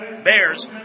Bears